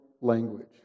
language